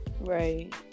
Right